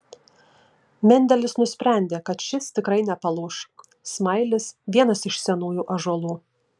mendelis nusprendė kad šis tikrai nepalūš smailis vienas iš senųjų ąžuolų